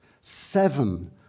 seven